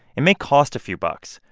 it may cost a few bucks,